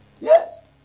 Yes